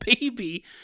baby